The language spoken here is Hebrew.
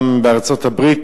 גם בארצות-הברית,